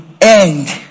end